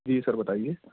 جی sir بتائیے